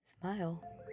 Smile